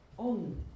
on